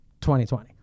2020